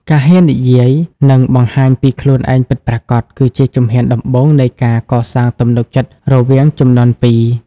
ការហ៊ាននិយាយ និងបង្ហាញពីខ្លួនឯងពិតប្រាកដ គឺជាជំហានដំបូងនៃការកសាងទំនុកចិត្តរវាងជំនាន់ពីរ។